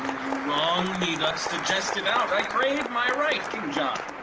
you wrong me thus to jest it out, i crave my right! king john,